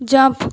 jump